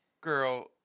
girl